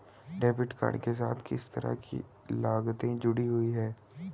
Debit card के साथ किस तरह की लागतें जुड़ी हुई हैं?